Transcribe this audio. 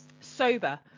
Sober